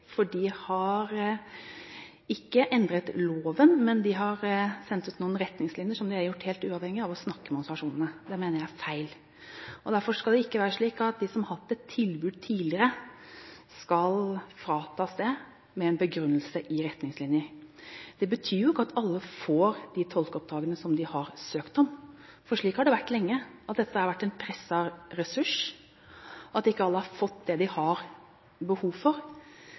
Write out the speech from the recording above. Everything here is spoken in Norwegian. for de har ikke endret loven, men de har sendt ut noen retningslinjer, og de har gjort det helt uavhengig av å snakke med organisasjonene. Det mener jeg er feil. Derfor skal det ikke være slik at de som har hatt et tilbud tidligere, skal fratas det med en begrunnelse i retningslinjer. Det betyr ikke at alle får de tolkeoppdragene som de har søkt om, for slik har det vært lenge, at dette har vært en presset ressurs, og at ikke alle har fått det de har behov for.